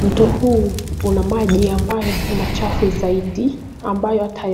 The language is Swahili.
Mto huu una maji ambayo ni machafu zaidi, ambayo hata